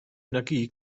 energie